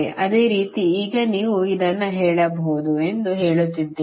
ಅದೇ ರೀತಿ ಈಗ ನೀವು ಇದನ್ನು ಹೇಳಬಹುದು ಎಂದು ಹೇಳುತ್ತಿದ್ದೇನೆ